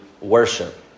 worship